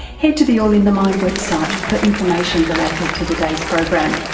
head to the all in the mind website for information related to today's program,